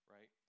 Right